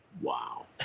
wow